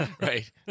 Right